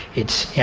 it's, yeah